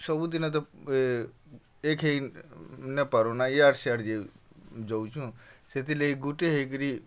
ସବୁଦିନ ତ ଏକ୍ ହେଇ ନାଇପାରୁ ନା ଇଆଡ଼୍ ସିଆଡ଼୍ ଯାଉଛୁଁ ସେଥିର୍ଲାଗି ଗୁଟେ ହେଇକିରି